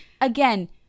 again